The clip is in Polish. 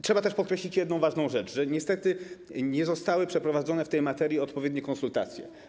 Trzeba też podkreślić jedną ważną rzecz: niestety nie zostały przeprowadzone w tej materii odpowiednie konsultacje.